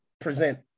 present